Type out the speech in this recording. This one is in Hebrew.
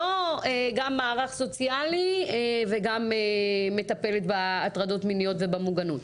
לא גם מערך סוציאלי וגם מטפלת בהטרדות מיניות ובמוגנות.